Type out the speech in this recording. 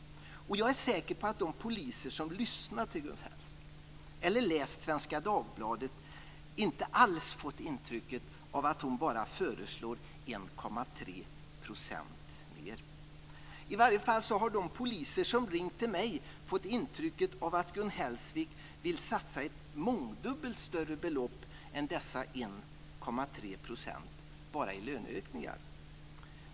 Jag är säker på att de poliser som lyssnat till Gun Hellsvik eller läst Svenska Dagbladet inte alls fått intrycket att hon bara föreslår 1,3 % mer. I varje fall har de poliser som ringt till mig fått intrycket att Gun Hellsvik vill satsa ett mångdubbelt större belopp än dessa 1,3 % bara i löneökningar.